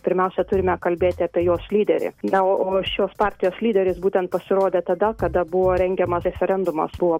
pirmiausia turime kalbėti apie jos lyderį na o o šios partijos lyderis būtent pasirodė tada kada buvo rengiama referendumas buvo